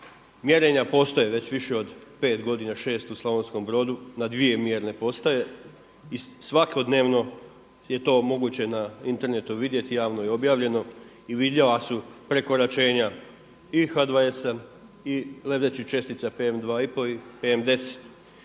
Mjerenja postoje već više od pet godina, šest u Slavonskom Brodu na dvije mjerne postaje i svakodnevno je to moguće na internetu vidjeti, javno je objavljeno i vidljiva su prekoračenja i H2S-a i lebdećih čestica PM2 i